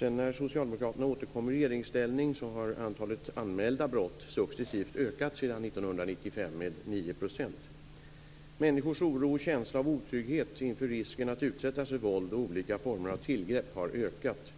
Därefter återkom socialdemokraterna i regeringsställning, och antalet anmälda brott har sedan 1995 successivt ökat med 9 %. Människors oro och känsla av otrygghet inför risken att utsättas för våld och olika former av tillgrepp har ökat.